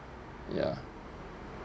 ya